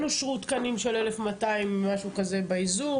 אושרו תקנים של 1,200 משהו כזה באיזוק,